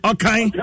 Okay